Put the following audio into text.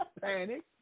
Panic